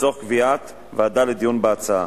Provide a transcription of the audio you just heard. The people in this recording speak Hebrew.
לצורך קביעת ועדה לדיון בהצעה.